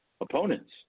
opponents